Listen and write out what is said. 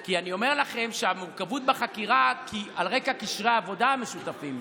כי אני אומר לכם שהמורכבות בחקירה על רקע קשרי העבודה המשותפים.